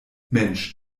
mensch